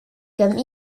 comme